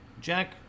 Jack